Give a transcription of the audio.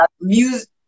music